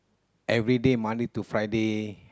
everyday Monday to Friday